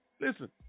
Listen